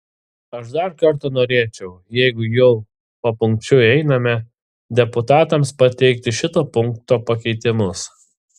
aš dar kartą norėčiau jeigu jau papunkčiui einame deputatams pateikti šito punkto pakeitimus